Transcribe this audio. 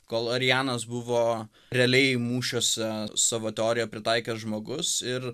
kol arianas buvo realiai mūšiuose su savo teoriją pritaikęs žmogus ir